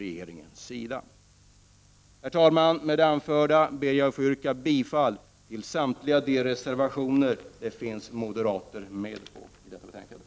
Med det anförda ber jag att få yrka bifall till samtliga reservationer till detta betänkande som de moderata ledamöterna i utskottet har undertecknat.